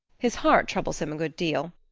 his heart troubles him a good deal.